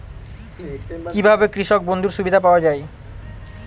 কি ভাবে কৃষক বন্ধুর সুবিধা পাওয়া য়ায়?